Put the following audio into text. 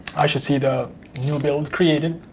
i should see the new build created.